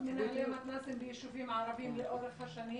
מנהלי מתנ"סים ביישובים ערביים לאורך השנים